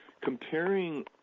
comparing